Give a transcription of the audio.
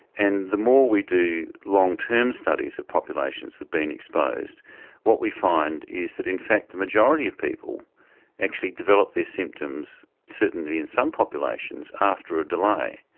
and the more we do long term studies of populations that have been exposed what we find is that in fact the majority of people actually develop their symptoms certainly in some populations after a delay.